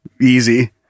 easy